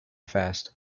fast